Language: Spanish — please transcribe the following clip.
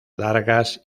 largas